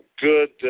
good